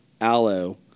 aloe